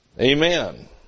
Amen